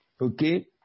Okay